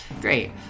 Great